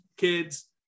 kids